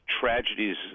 tragedies